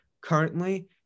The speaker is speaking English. Currently –